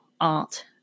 art